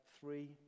three